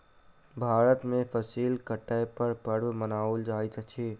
भारत में फसिल कटै पर पर्व मनाओल जाइत अछि